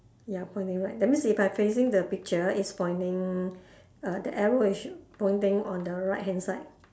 ya pointing right that means if I facing the picture is pointing err the arrow it should pointing on the right hand side